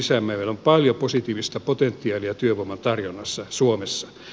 meillä on paljon positiivista potentiaalia työvoiman tarjonnassa suomessa